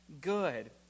good